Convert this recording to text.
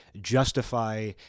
justify